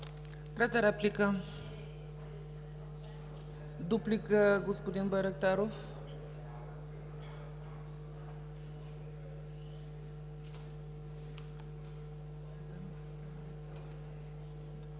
Трета реплика? Дуплика, господин Байрактаров.